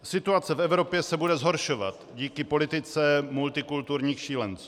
Situace v Evropě se bude zhoršovat díky politice multikulturních šílenců.